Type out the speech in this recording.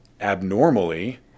abnormally